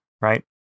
right